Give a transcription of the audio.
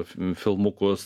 fi filmukus